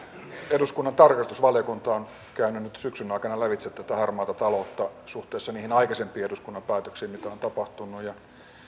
eduskunnan tarkastusvaliokunta on käynyt nyt syksyn aikana lävitse harmaata taloutta suhteessa niihin aikaisempiin eduskunnan päätöksiin mitä on tapahtunut ja